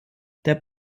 dieser